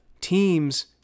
teams